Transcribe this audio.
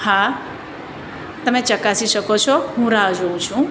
હા તમે ચકાસી શકો છો હું રાહ જોઉં છું